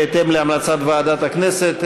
בהתאם להמלצת ועדת הכנסת,